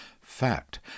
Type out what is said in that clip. Fact